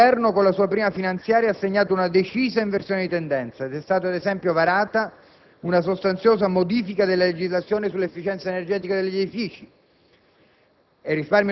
Questo Governo, con la sua prima finanziaria, ha segnato una decisa inversione di tendenza: ed è stata ad esempio varata una sostanziosa modifica della legislazione sull'efficienza energetica negli edifici.